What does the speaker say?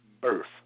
birth